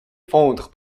fondre